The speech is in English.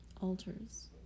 Altars